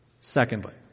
Secondly